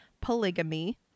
polygamy